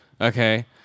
okay